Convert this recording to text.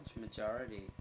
majority